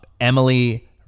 Emily